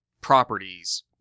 properties